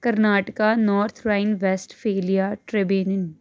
Karnataka North Rhine Westphalia ਟਰਬੇਨਿਨ